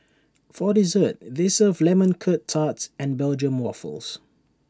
for dessert they serve lemon Curt tarts and Belgium Waffles